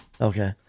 Okay